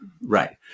right